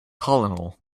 colonel